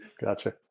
Gotcha